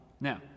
Now